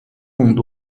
众多